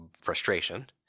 frustration